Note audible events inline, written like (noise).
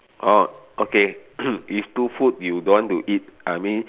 orh okay (coughs) if two food you don't want to eat I mean